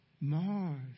Mars